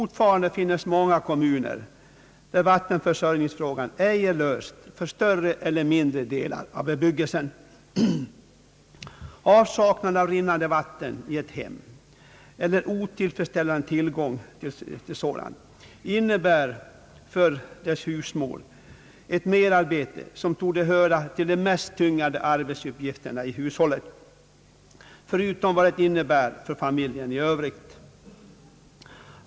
Fortfarande finns många kommuner, där vattenförsörjningsfrågan ej är löst för större eller mindre delar av bebyggelsen. Avsaknaden av rinnande vatten i ett hem eller otillfredsställande tillgång därtill innebär för husmodern ett merarbete som torde höra till det mest tyngande i hushållet — förutom vad det innebär för familjen i övrigt.